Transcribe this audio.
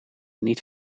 niet